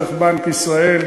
דרך בנק ישראל,